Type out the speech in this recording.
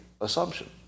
assumption